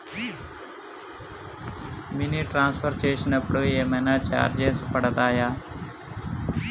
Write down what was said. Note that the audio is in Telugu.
మనీ ట్రాన్స్ఫర్ చేసినప్పుడు ఏమైనా చార్జెస్ పడతయా?